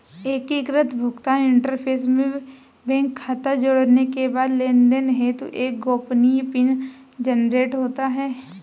एकीकृत भुगतान इंटरफ़ेस में बैंक खाता जोड़ने के बाद लेनदेन हेतु एक गोपनीय पिन जनरेट होता है